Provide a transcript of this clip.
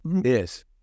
Yes